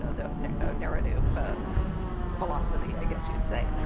ah the narrative velocity, i guess you'd say.